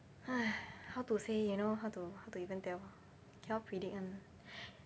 how to say you know how to how to even tell cannot predict [one] ah